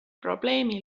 probleemi